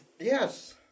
Yes